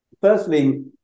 firstly